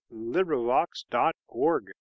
LibriVox.org